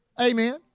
Amen